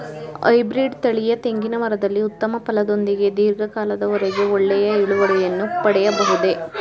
Hybrid ತಳಿಯ ತೆಂಗಿನ ಮರದಲ್ಲಿ ಉತ್ತಮ ಫಲದೊಂದಿಗೆ ಧೀರ್ಘ ಕಾಲದ ವರೆಗೆ ಒಳ್ಳೆಯ ಇಳುವರಿಯನ್ನು ಪಡೆಯಬಹುದೇ?